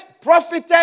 profited